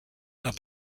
are